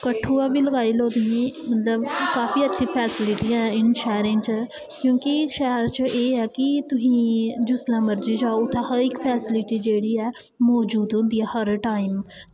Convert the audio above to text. कठुआ बी लगाई लैओ तुस मतलव काफी अच्छियां फैसलिटिंयां न इनें शैह्रें च क्योंकि शैह्र च एह् ऐ कि तुस जिसलै मर्जी जाओ उत्थें हर इक फैस्लिटी मजूद होंदी ऐ हर टाईम